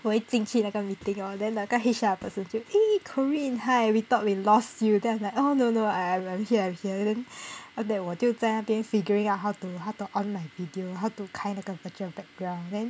我一进去那个 meeting hor then 那个 H_R 不是 eh corinne hi we thought we lost you then I'm like oh no no I'm I'm here I'm here then after that 我就在那边 figuring out how to how to on my video how to 开那个 virtual background then